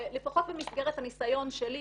ולפחות במסגרת הניסיון שלי